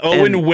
Owen